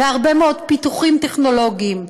והרבה מאוד פיתוחים טכנולוגיים,